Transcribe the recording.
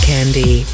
Candy